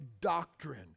doctrine